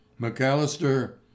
McAllister